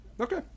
okay